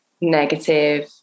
negative